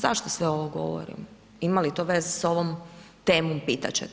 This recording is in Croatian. Zašto sve ovo govorim, ima li to veze s ovom temom, pitat ćete